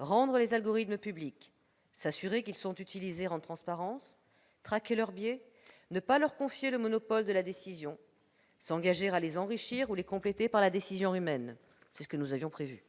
rendre les algorithmes publics, s'assurer qu'ils sont utilisés en transparence, traquer leurs biais, ne pas leur confier le monopole de la décision, s'engager à les enrichir ou les compléter par la décision humaine. » C'est ce que le Sénat avait prévu.